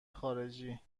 خارجی